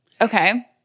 Okay